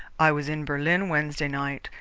i was in berlin wednesday night,